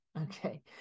okay